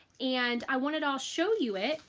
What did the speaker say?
and i wanted i'll show you it.